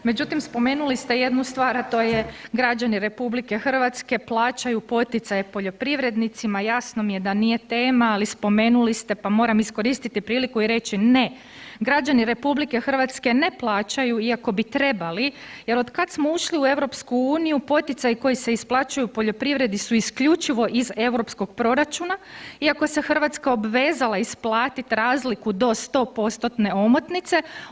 Međutim, spomenuli ste jednu stvar, a to je građani RH plaćaju poticaje poljoprivrednicima, jasno mi je da nije tema, ali spomenuli ste, pa moram iskoristiti priliku i reći ne, građani RH ne plaćaju, iako bi trebali jer od kad smo ušli u EU poticaji koji se isplaćuju poljoprivredi si isključivo iz EU proračuna iako se Hrvatska obvezala isplatiti razliku do 100%-tne omotnice.